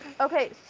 Okay